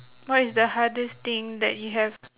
what is the hardest thing that you have